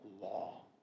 law